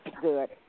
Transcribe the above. good